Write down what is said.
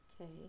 okay